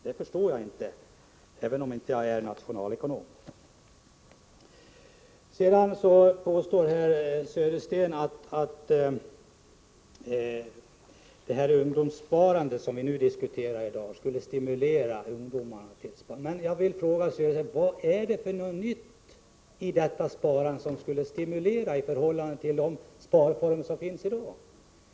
Det förstår jag inte — det vill jag framhålla även om jag inte är nationalekonom. Herr Södersten påstår att ungdomssparandet, som vi nu diskuterar, skulle stimulera ungdomarna till sparande. Men jag vill fråga Bo Södersten: Vad är det för något nytt i detta sparande som skulle stimulera i förhållande till de sparformer som finns i dag?